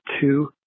two